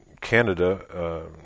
canada